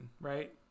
right